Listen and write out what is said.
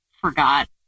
forgot